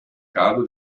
caldo